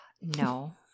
No